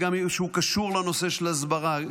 שקשור לנושא של ההסברה,